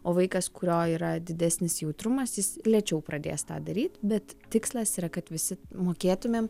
o vaikas kurio yra didesnis jautrumas jis lėčiau pradės tą daryt bet tikslas yra kad visi mokėtumėm